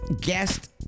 guest